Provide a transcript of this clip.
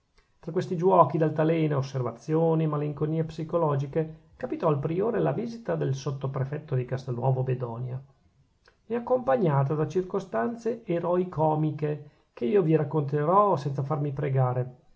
tra questi giuochi d'altalena e osservazioni e malinconie psicologiche capitò al priore la visita del sottoprefetto di castelnuovo bedonia e accompagnata da circostanze eroicomiche che io vi racconterò senza farmi pregare